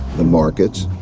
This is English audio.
the markets,